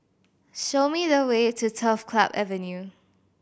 show me the way to Turf Club Avenue